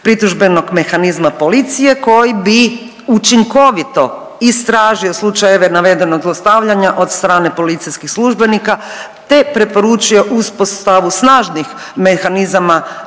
pritužbenog mehanizma policije koji bi učinkovito istražio slučajeve navedenog zlostavljanja od strane policijskih službenika, te preporučio uspostavu snažnih mehanizama